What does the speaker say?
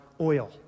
oil